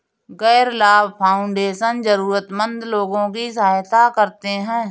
गैर लाभ फाउंडेशन जरूरतमन्द लोगों की सहायता करते हैं